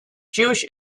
jewish